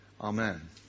Amen